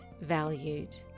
valued